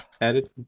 Added